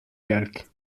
calque